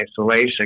isolation